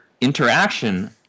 interaction